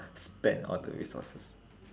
spend all the resources